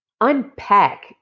unpack